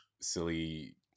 silly